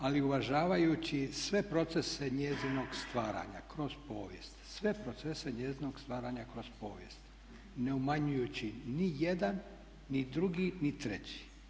Ali uvažavajući sve procese njezinog stvaranja kroz povijest, sve procese njezinog stvaranja kroz povijest ne umanjujući ni jedan ni drugi ni treći.